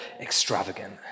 extravagant